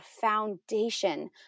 foundation